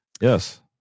Yes